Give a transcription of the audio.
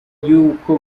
yuko